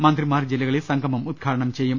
മന്ത്രി മാർ ജില്ലകളിൽ സംഗമം ഉദ്ഘാടനം ചെയ്യും